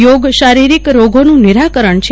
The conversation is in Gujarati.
યોગ શારિરીક રોગોન નિરાકરણ છે